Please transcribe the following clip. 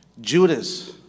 Judas